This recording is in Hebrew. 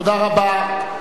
תודה רבה.